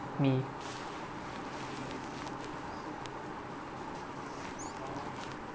me